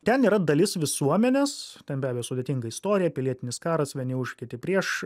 ten yra dalis visuomenės ten be abejo sudėtinga istorija pilietinis karas vieni už kiti prieš